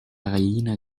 gallina